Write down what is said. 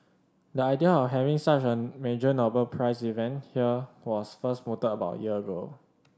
the idea of having such an major Nobel Prize event here was first mooted about a year ago